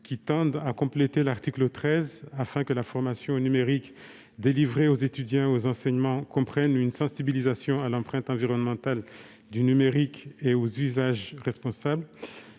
17 tendent à compléter l'article 13 afin que la formation au numérique délivrée aux étudiants et aux enseignants comprenne une sensibilisation à l'empreinte environnementale du numérique et aux usages responsables.